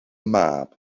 mab